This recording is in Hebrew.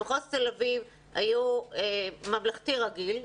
במחוז תל אביב היו ממלכתי רגיל,